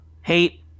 hate